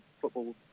football